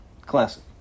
Classic